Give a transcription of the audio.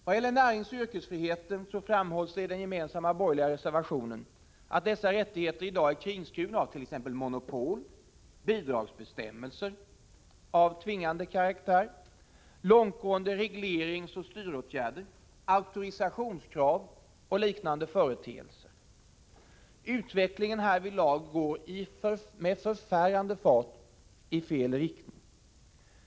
Vad gäller näringsoch yrkesfriheten framhålls i den gemensamma borgerliga reservationen att dessa rättigheter i dag är kringskurna av t.ex. monopol, bidragsbestämmelser av tvingande karaktär, långtgående regleringsoch styråtgärder, auktorisationskrav och liknande företeelser. Utvecklingen härvidlag går med förfärande fart i fel riktning.